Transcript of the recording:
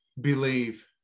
believe